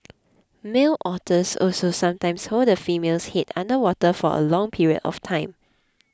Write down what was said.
male otters also sometimes hold the female's head under water for a long period of time